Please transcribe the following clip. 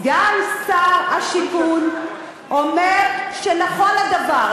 סגן שר הבינוי והשיכון אומר שנכון הדבר.